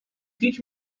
teach